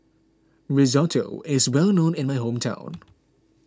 Risotto is well known in my hometown